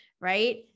right